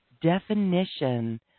definition